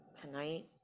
tonight